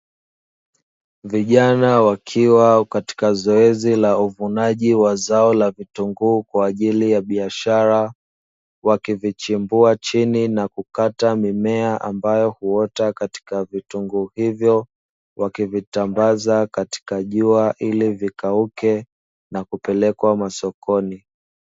Vijana wakiwa katika zoezi la uvunaji wa zao la vitunguu kwa ajili ya biashara, wakivichimbua chini na kukata mimea ambayo huota katika vitunguu hivyo, wakivitambaza katika jua ili vikauke na kupelekwa masokoni.